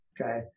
okay